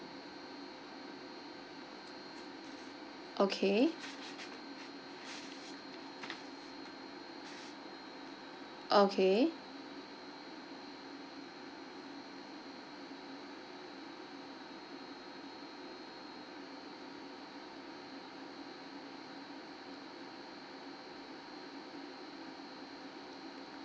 okay okay